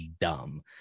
dumb